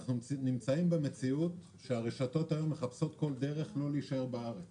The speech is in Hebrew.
אנחנו נמצאים במציאות שהרשתות היום מחפשות כל דרך לא להישאר בארץ